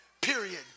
period